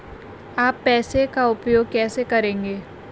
आप पैसे का उपयोग कैसे करेंगे?